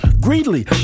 greedily